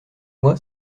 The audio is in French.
moi